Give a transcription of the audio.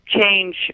change